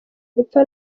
gupfa